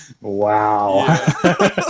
Wow